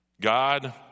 God